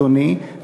אדוני,